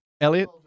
Elliot